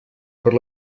per